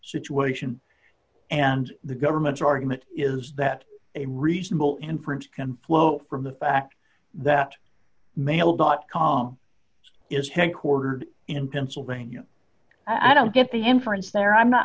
situation and the government's argument is that ringback a reasonable inference can flow from the fact that mail dot com is headquartered in pennsylvania i don't get the inference there i'm not